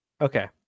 Okay